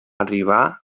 arribar